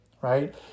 right